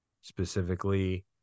specifically